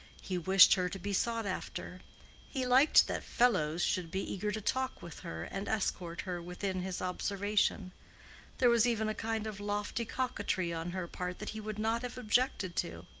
he wished her to be sought after he liked that fellows should be eager to talk with her and escort her within his observation there was even a kind of lofty coquetry on her part that he would not have objected to.